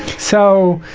so,